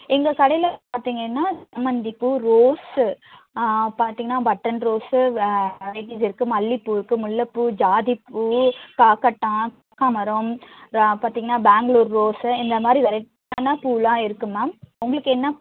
எங்கள் கடையில் பார்த்தீங்கன்னா சாமந்திப்பூ ரோஸ்ஸு பார்த்தீங்கன்னா பட்டன் ரோஸ்ஸு அரபிது இருக்குது மல்லிப்பூ இருக்குது முல்லைப்பூ ஜாதிப்பூ காக்கர்ட்டான் கனகாமரம் ரா பார்த்தீங்கன்னா பேங்களூர் ரோஸ்ஸு இந்தமாதிரி வெரைட்டியான பூவெலாம் இருக்குது மேம் உங்களுக்கு என்ன